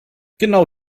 genau